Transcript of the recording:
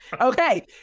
Okay